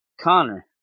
Connor